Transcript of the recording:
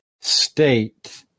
state